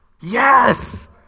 Yes